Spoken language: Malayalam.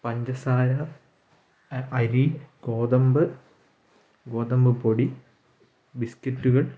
പഞ്ചസാര അ അരി ഗോതമ്പ് ഗോതമ്പ് പൊടി ബിസ്കറ്റുകൾ